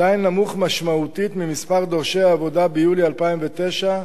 עדיין נמוך משמעותית ממספר דורשי העבודה ביולי 2009,